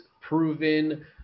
proven